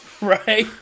right